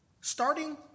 Starting